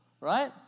Right